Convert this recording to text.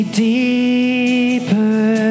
deeper